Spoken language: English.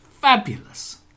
Fabulous